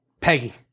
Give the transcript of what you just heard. Peggy